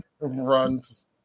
runs